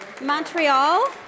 Montreal